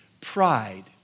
pride